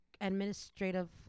administrative